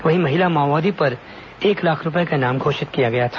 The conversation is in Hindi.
वहीं महिला माओवादी पर एक लाख रूपये का इनाम घोषित किया गया था